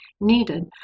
needed